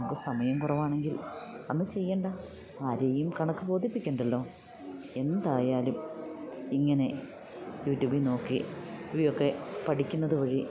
നമുക്ക് സമയം കുറവാണെങ്കിൽ അന്ന് ചെയ്യണ്ട ആരെയും കണക്ക് ബോധിപ്പിക്കണ്ടല്ലോ എന്തായാലും ഇങ്ങനെ യൂട്യൂബിൽ നോക്കി ഇവയൊക്കെ പഠിക്കുന്നത് വഴി